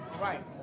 right